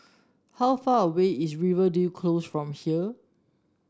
how far away is Rivervale Close from here